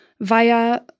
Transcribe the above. via